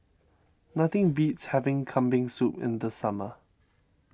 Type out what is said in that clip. nothing beats having Kambing Soup in the summer